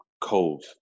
Cove